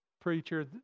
preacher